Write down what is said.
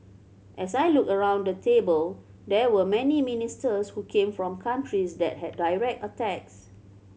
as I looked around the table there were many ministers who came from countries that had direct attacks